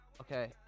Okay